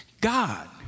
God